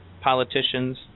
politicians